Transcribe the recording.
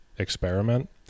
experiment